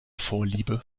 vorliebe